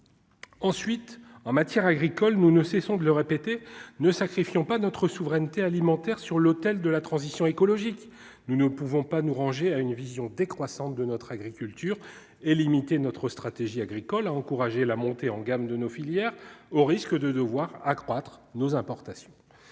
Ensuite en matière agricole, nous ne cessons de le répéter, ne sacrifions pas notre souveraineté alimentaire sur l'autel de la transition écologique, nous ne pouvons pas nous ranger à une vision décroissante de notre agriculture et limiter notre stratégie agricole a encouragé la montée en gamme de nos filières, au risque de devoir accroître nos importations,